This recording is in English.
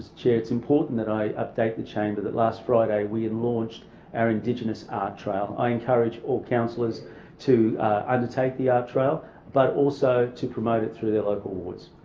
chair, it's important that i update the chamber that last friday we and launched our indigenous art trail. i encourage all councillors to undertake the art trail but also to promote it through their local wards.